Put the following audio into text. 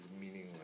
meaningless